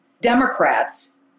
Democrats